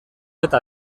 eta